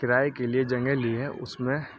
کرائے کے لیے جنگہ لی ہے اس میں